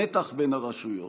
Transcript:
המתח בין הרשויות,